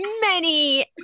many-